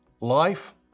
Life